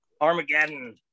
Armageddon